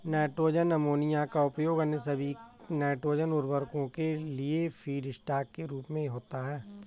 nitrogen ammonia का उपयोग अन्य सभी नाइट्रोजन उवर्रको के लिए फीडस्टॉक के रूप में होता है